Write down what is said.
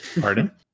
Pardon